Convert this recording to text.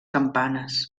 campanes